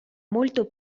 molto